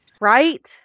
Right